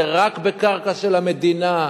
זה רק בקרקע של המדינה.